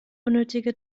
unnötige